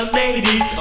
ladies